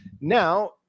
Now